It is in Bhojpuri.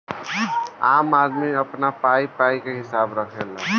आम आदमी अपन पाई पाई के हिसाब रखेला